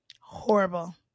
Horrible